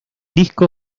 disco